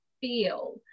feel